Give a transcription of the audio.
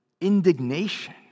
indignation